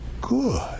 good